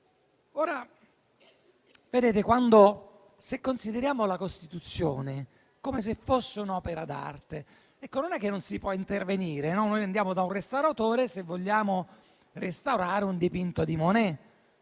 Se consideriamo la Costituzione come se fosse un'opera d'arte, non è che non si possa intervenire: andiamo da un restauratore se vogliamo restaurare un dipinto di Monet.